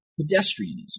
Pedestrianism